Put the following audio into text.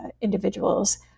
individuals